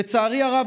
לצערי הרב,